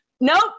Nope